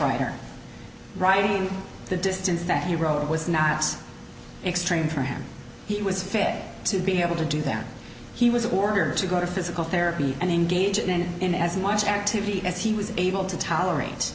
writer writing the distance that he wrote it was not extreme for him he was fit to be able to do that he was ordered to go to physical therapy and engage in in as much activity as he was able to tolerate